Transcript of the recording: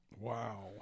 Wow